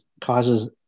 causes